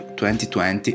2020